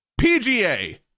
PGA